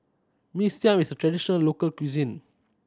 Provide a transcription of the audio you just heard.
Mee Siam is a traditional local cuisine